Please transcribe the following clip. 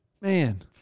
man